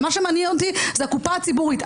ומה שמניע אותי זה הקופה הציבורית,